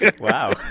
Wow